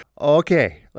Okay